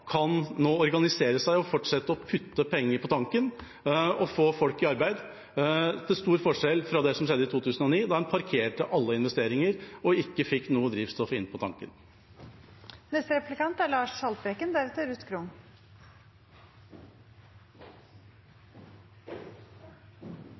nå kan organisere seg og fortsette med å putte penger på tanken og få folk i arbeid, til stor forskjell fra det som skjedde i 2009, da en parkerte alle investeringer og ikke fikk noe drivstoff inn på tanken.